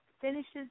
finishes